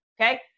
okay